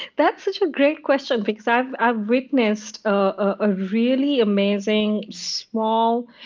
that's such ah great question, because i've i've witnessed a really amazing small,